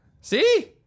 See